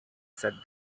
said